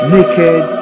Naked